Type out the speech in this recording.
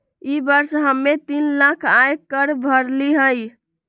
ई वर्ष हम्मे तीन लाख आय कर भरली हई